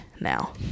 now